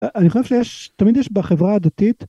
אני חושב שתמיד יש בחברה הדתית.